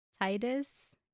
titus